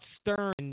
Stern